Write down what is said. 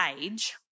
age